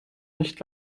nicht